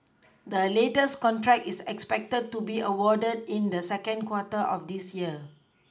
the latest contract is expected to be awarded in the second quarter of this year